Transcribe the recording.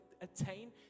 attain